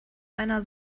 einer